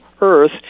Earth